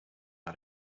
how